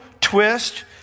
twist